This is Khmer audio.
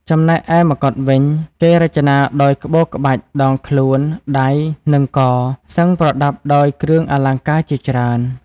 ចំណែកឯម្កុដវិញ គេរចនាដោយក្បូរក្បាច់ ដងខ្លួន ដៃ និងក សឹងប្រដាប់ដោយគ្រឿងអលង្ការជាច្រើន។